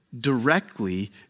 directly